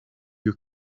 you